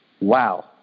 Wow